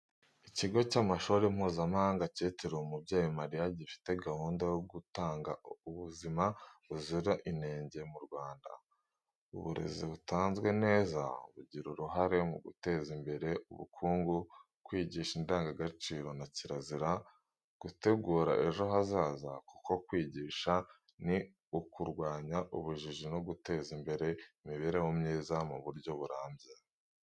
Ikigo cy'amashuri Mpuzamahanga cyitiriwe umubyeyi Mariya gifite gahunda yo gutanga ubuzima buzira inenge mu Rwanda. Uburezi butanzwe neza bugira uruhare mu guteza imbere ubukungu, kwigisha indangagaciro na kirazira, gutegura ejo hazaza kuko kwigisha ni ukurwanya ubujiji no guteza imbere imibereho myiza mu buryo burambye.